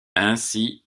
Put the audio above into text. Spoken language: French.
ainsi